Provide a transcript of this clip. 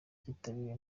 kitabiriwe